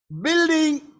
building